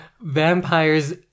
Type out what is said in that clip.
vampires